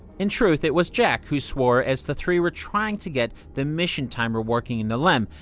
in truth, it was jack who swore as the three were trying to get the mission timer working in the lem.